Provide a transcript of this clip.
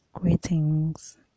Greetings